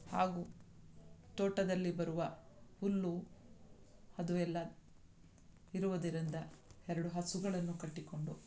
ಹಾಗೂ ತೋಟದಲ್ಲಿ ಬರುವ ಹುಲ್ಲು ಅದು ಎಲ್ಲ ಇರುವುದರಿಂದ ಎರಡು ಹಸುಗಳನ್ನು ಕಟ್ಟಿಕೊಂಡು